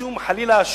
חלילה,